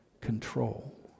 control